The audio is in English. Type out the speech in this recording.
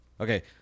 Okay